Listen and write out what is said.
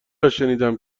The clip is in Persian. هاشنیدم